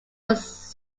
was